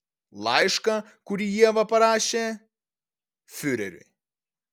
laišką kurį ieva parašė fiureriui